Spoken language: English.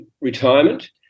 retirement